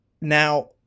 now